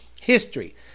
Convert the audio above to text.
history